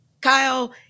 Kyle